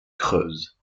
creuse